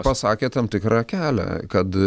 pasakė tam tikrą kelią kad